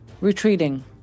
retreating